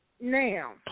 now